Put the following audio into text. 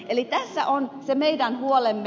eli tässä on se meidän huolemme